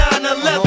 9-11